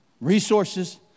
Resources